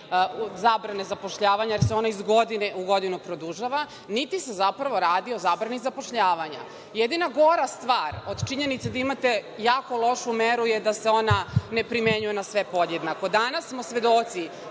zabrane zapošljavanja, jer se ona iz godine u godinu produžava, niti se zapravo radi o zabrani zapošljavanja. Jedina gora stvar od činjenice da imate jako lošu meru je da se ona ne primenjuje na sve podjednako. Danas smo svedoci,